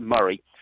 Murray